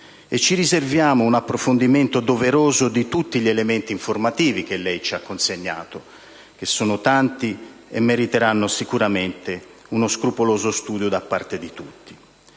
Ci riserviamo un approfondimento doveroso di tutti gli elementi informativi che lei ci ha consegnato, che sono tanti e meriteranno sicuramente uno scrupoloso studio da parte di tutti.